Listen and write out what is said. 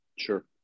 Sure